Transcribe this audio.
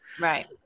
right